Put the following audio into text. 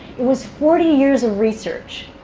it was forty years of research.